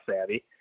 savvy